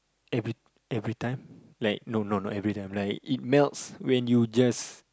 every everytime like no no not everytime like it melts when you just